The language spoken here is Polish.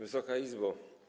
Wysoka Izbo!